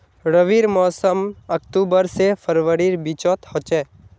रविर मोसम अक्टूबर से फरवरीर बिचोत होचे